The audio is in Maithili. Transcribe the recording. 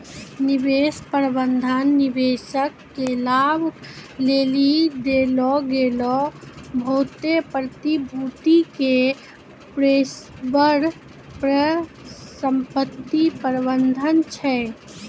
निवेश प्रबंधन निवेशक के लाभ लेली देलो गेलो बहुते प्रतिभूति के पेशेबर परिसंपत्ति प्रबंधन छै